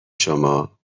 شما